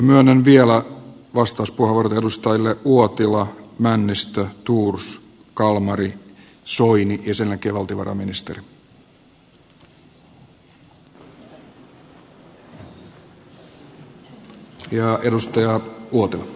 myönnän vielä vastauspuheenvuorot edustajille uotila männistö thors kalmari soini ja sen jälkeen valtiovarainministeri